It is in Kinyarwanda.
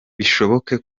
bishoboke